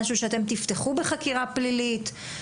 משהו שאתם תפתחו בחקירה פלילית,